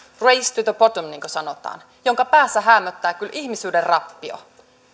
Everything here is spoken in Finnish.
race to the bottom niin kuin sanotaan jonka päässä häämöttää kyllä ihmisyyden rappio